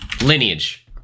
Lineage